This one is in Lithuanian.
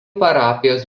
parapijos